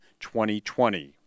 2020